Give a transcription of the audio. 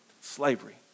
slavery